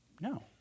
No